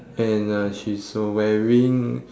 and uh she's uh wearing